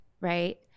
Right